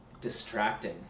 distracting